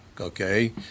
okay